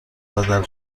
بدل